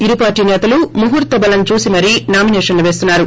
ఇరు పార్టీ నేతలు ముహూర్త బలం చూసి మరీ నామినేషన్లు వేస్తున్నారు